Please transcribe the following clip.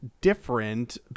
different